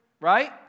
right